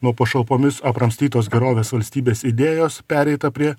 nuo pašalpomis apramstytos gerovės valstybės idėjos pereita prie